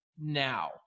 now